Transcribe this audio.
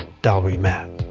dollree mapp.